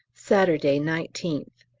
saturday, nineteenth.